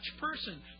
person